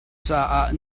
caah